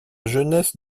jeunesse